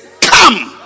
come